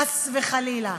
חס וחלילה.